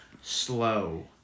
Slow